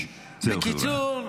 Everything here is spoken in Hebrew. בקיצור,